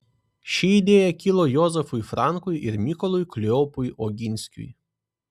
ši idėja kilo jozefui frankui ir mykolui kleopui oginskiui